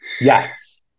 Yes